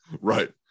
Right